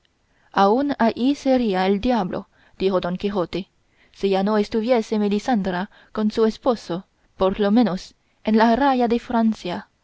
aun ahí sería el diablo dijo don quijote si ya no estuviese melisendra con su esposo por lo menos en la raya de francia